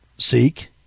Seek